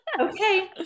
okay